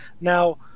Now